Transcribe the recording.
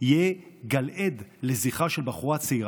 יהא גלעד לזכרה של בחורה צעירה.